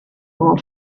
como